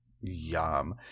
Yum